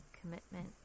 Commitment